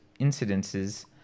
incidences